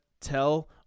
tell